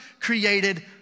created